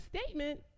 statement